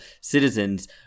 citizens